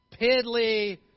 piddly